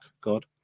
God